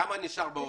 כמה נשאר ב-overheads?